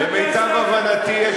למיטב הבנתי,